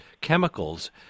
chemicals